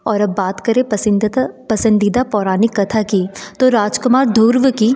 और अब बात करें पसंदीदा पसंदीदा पौराणिक कथा की तो राजकुमार ध्रुव की